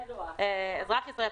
אזרח ישראל,